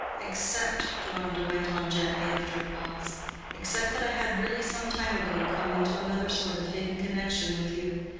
except, deronda went on gently, after a pause except that i had really some time ago come into another sort of hidden connection with you,